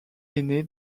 ainé